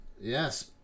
Yes